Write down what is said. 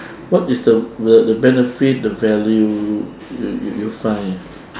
what is the the the benefit the value you you you find